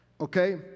Okay